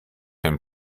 him